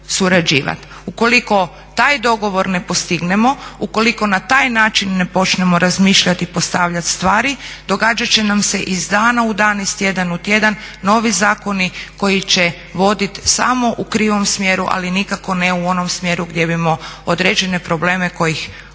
Ukoliko taj dogovor ne postignemo, ukoliko na taj način ne počnemo razmišljati i postavljati stvari događat će nam se iz dana u dan, iz tjedna u tjedan novi zakoni koji će vodit samo u krivom smjeru ali nikako ne u onom smjeru gdje bi smo određene probleme kojih očito